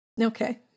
Okay